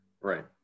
Right